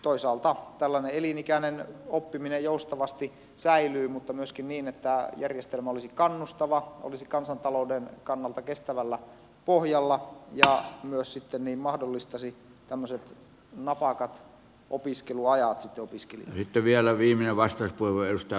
toisaalta tällainen elinikäinen oppiminen joustavasti säilyy mutta myöskin niin että järjestelmä olisi kannustava olisi kansantalouden kannalta kestävällä pohjalla ja myös mahdollistaisi napakat opiskeluajat opiskelijoille